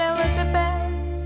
Elizabeth